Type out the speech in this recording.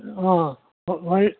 ಹಾಂ ಹೊಳೆ